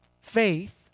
Faith